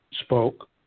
spoke